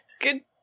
Good